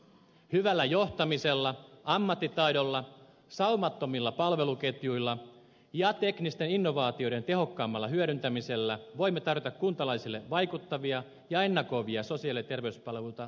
hyvällä johtamisella ammattitaidolla saumattomilla palveluketjuilla ja teknisten innovaatioiden tehokkaammalla hyödyntämisellä voimme tarjota kuntalaisille vaikuttavia ja ennakoivia sosiaali ja terveyspalveluita jatkossakin